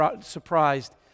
surprised